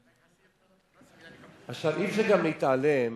עכשיו, אי-אפשר גם להתעלם